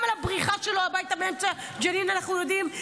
על הבריחה שלו הביתה באמצע ג'נין אנחנו יודעים.